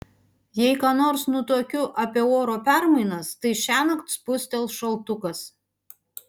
jei ką nors nutuokiu apie oro permainas tai šiąnakt spustels šaltukas